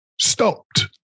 stopped